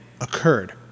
Occurred